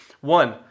One